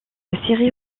série